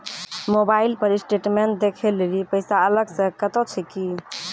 Mobile पर statement देखे लेली पैसा अलग से कतो छै की?